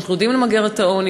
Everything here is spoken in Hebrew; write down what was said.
אנחנו יודעים למגר את העוני,